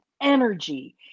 energy